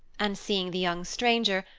and, seeing the young stranger,